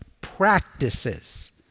practices